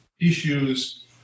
issues